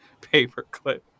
paperclip